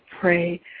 pray